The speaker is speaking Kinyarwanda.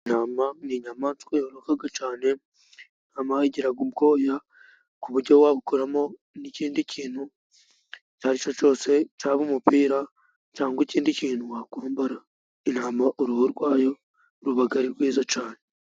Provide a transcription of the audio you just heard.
Intama ni inyamanswa yororoka cyane. Intama igira ubwoya ku buryo wabukoramo ikindi kintu icyo ari cyo cyose, cyaba umupira cyangwa ikindi kintu wakwambara. Intama uruhu rwayo ruba ari rwiza cyane.